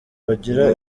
bagira